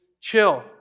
Chill